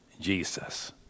Jesus